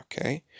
okay